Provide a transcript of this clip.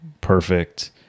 perfect